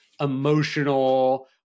emotional